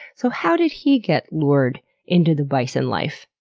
so how did he get lured into the bison life?